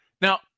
Now –